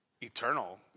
eternal